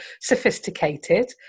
sophisticated